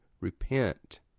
repent